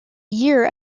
year